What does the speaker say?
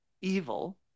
evil